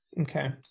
Okay